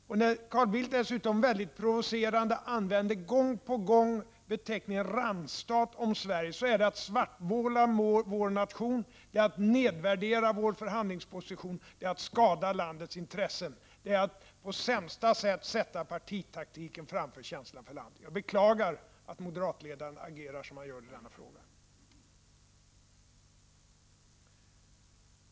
Carl Bildt var dessutom mycket provocerande och använde gång på gång ordet randstat om Sverige. Det är att svartmåla vår nation. Det är att nedvärdera vår förhandlingsposition och att skada landets intressen. Det är att på sämsta tänkbara vis sätta partitaktik framför känslan för landet. Jag beklagar att moderatledaren agerar som han gör i denna fråga.